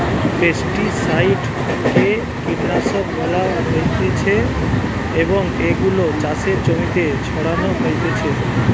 pesticide কে কীটনাশক বলা হতিছে এবং এগুলো চাষের জমিতে ছড়ানো হতিছে